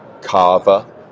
Kava